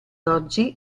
oggi